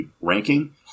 ranking